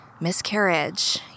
miscarriage